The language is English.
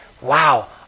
wow